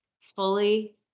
fully